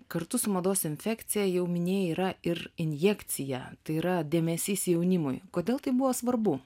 kartu su mados infekcija jau minėjai yra ir injekcija tai yra dėmesys jaunimui kodėl tai buvo svarbu